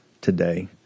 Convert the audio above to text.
today